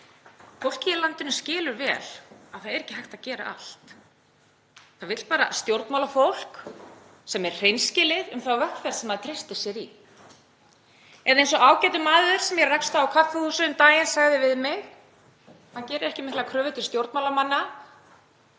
Fólkið í landinu skilur vel að það er ekki hægt að gera allt. Það vill bara að stjórnmálafólk sé hreinskilið um þá vegferð sem það treystir sér í. Eða eins og ágætur maður sem ég rakst á á kaffihúsi um daginn sagði við mig: Maður gerir ekki miklar kröfur til stjórnmálamanna,